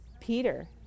Peter